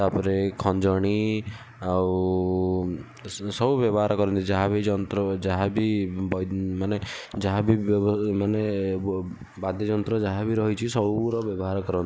ତାପରେ ଖଞ୍ଜଣି ଆଉ ସବୁ ବ୍ୟବହାର କରନ୍ତି ଯାହା ବି ଯନ୍ତ୍ର ଯାହାବି ମାନେ ଯାହାବି ମାନେ ବାଦ୍ୟଯନ୍ତ୍ର ଯାହାବି ରହିଛି ସବୁର ବ୍ୟବହାର କରନ୍ତି